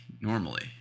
normally